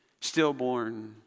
stillborn